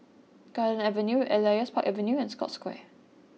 Garden Avenue Elias Park Avenue and Scotts Square